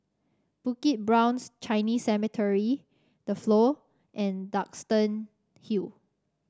Bukit Brown's Chinese Cemetery The Flow and Duxton Hill